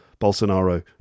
Bolsonaro